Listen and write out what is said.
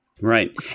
Right